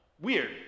Weird